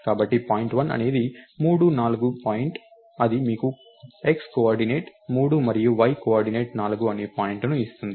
కాబట్టి పాయింట్ 1 అనేది 3 4 పాయింట్ ఇది మీకు x కోఆర్డినేట్ 3 మరియు y కోఆర్డినేట్ 4 అనే పాయింట్ను ఇస్తుంది